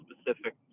specific